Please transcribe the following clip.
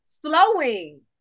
Slowing